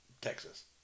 Texas